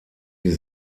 die